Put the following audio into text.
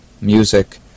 music